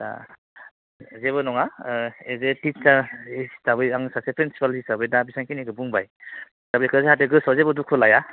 दा जेबो नङा ओह एस ए टिचार हिसाबै आं सासे र्पिनसिपाल हिसाबै दा बिसिबां खिनिखौ बुंबाय दा बेखायो जाहाथे गोसोआव जेबो दुखु लाया